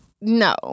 no